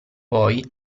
poi